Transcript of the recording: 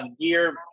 gear